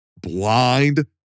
blind